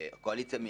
מימין,